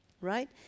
right